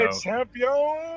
Champion